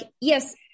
yes